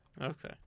Okay